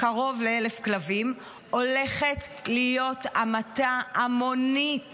קרוב ל-1,000 כלבים, הולכת להיות המתה המונית